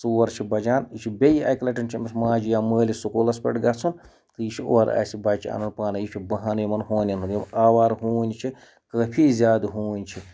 ژور چھِ بَجان یہِ چھِ بیٚیہِ اَکہِ لَٹہِ چھِ أمِس ماجہِ یا مٲلِس سکوٗلَس پٮ۪ٹھ گژھُن تہٕ یہِ چھِ اورٕ اَسہِ بَچہِ اَنَن پانَے یہِ چھِ بہانہٕ یِمَن ہونٮ۪ن ہُنٛد یِم آوارٕ ہوٗنۍ چھِ کٲفی زیادٕ ہوٗنۍ چھِ